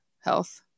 health